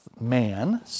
man